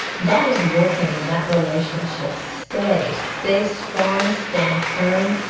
god is working in that relationship. stay stay strong, stand firm.